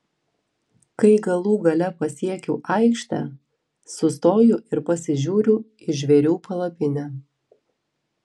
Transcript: kai galų gale pasiekiu aikštę sustoju ir pasižiūriu į žvėrių palapinę